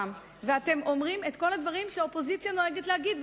ואתם אומרים את כל הדברים שאופוזיציה נוהגת להגיד,